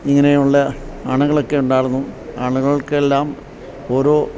ഇങ്ങനെയുള്ള അണകളൊക്കെ ഉണ്ടായിരുന്നു അണകൾക്കെല്ലാം ഓരോ